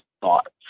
thoughts